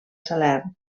salern